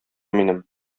минем